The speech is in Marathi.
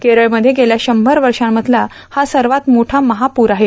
केरळमध्ये गेल्या शंभर वर्षामधला हा सर्वात मोठा महापूर आहे